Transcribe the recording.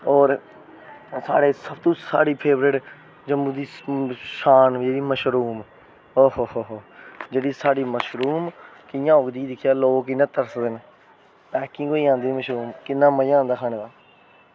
होर साढ़ी सब तू साढ़ी फेवरेट जम्मू दी शान जेह्ड़ी मशरूम ओहो जेह्ड़ी साढ़ी मशरूम कियां उगदी ते लोग दिक्खेओ कियां तरसदे न ते कियां होंदी मशरूम ते किन्ना मज़ा आंदा